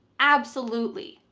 absolutely.